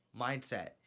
mindset